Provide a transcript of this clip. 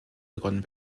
begonnen